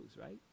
right